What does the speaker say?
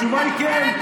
התשובה היא כן.